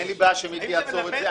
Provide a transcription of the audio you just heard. אין לי בעיה שמיקי יעצור את זה.